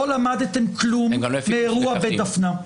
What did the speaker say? לא למדתם כלום מאירוע בית דפנה.